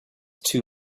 two